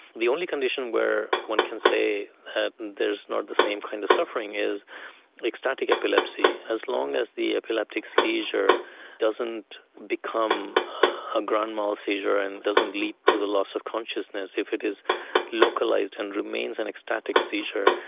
the only condition where one can say that and there is not the same kind of suffering is ecstatic epilepsy. as long as the epileptic seizure doesn't become a grand mal seizure and doesn't lead to the loss of consciousness, if it is localised and remains an and ecstatic seizure,